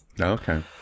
Okay